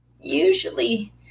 usually